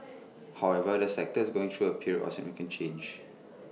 however the sector is going through A period of significant change